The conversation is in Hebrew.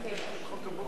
נתקבל.